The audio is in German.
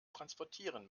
transportieren